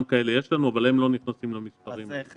גם כאלה יש לנו, אבל הם לא נכנסים למספרים האלה.